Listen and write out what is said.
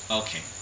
okay